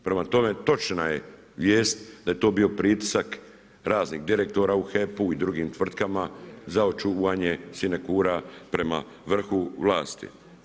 Prema tome, točna je vijest da je to bio pritisak raznih direktora u HEP-u i drugim tvrtkama za očuvanje sinekura prema vrhu vlasti.